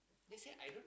they say I don't